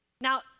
Now